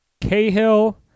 Cahill